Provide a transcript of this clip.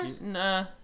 Nah